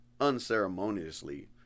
unceremoniously